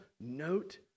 note